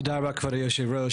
תודה רבה, כבוד היושב-ראש.